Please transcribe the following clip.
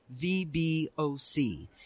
VBOC